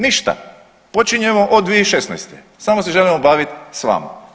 Ništa, počinjemo od 2016. samo se želimo baviti sa vama.